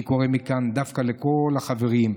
אני קורא מכאן דווקא לכל החברים,